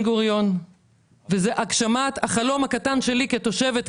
גוריון וזה הגשמת החלום הקטן שלי כתושבת,